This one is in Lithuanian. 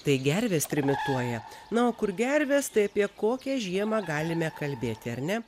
tai gervės trimituoja na o kur gervės tai apie kokią žiemą galime kalbėti ar ne